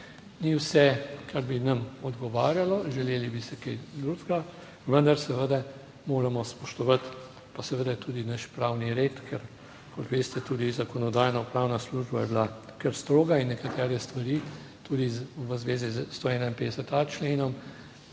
Ni vse, kar bi nam odgovarjalo, želeli bi si kaj drugega, vendar seveda moramo spoštovati, pa seveda tudi naš pravni red, ker, kot veste, tudi Zakonodajno-pravna služba je bila kar stroga in nekatere stvari, tudi v zvezi s 151.a členom